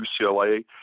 UCLA